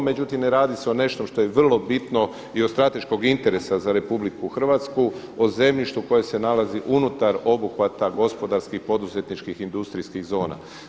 Međutim, ne radi se o nečemu što je vrlo bitno i od strateškog interesa za RH, o zemljištu koje se nalazi unutar obuhvata gospodarskih, poduzetničkih, industrijskih zona.